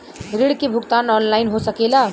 ऋण के भुगतान ऑनलाइन हो सकेला?